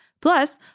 Plus